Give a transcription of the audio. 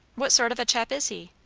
what sort of a chap is he?